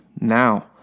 now